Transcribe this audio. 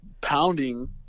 pounding